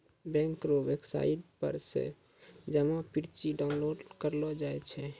bank रो website पर से जमा पर्ची डाउनलोड करेलो जाय छै